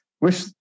wish